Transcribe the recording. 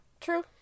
True